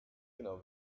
genau